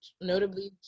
notably